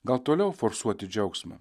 gal toliau forsuoti džiaugsmą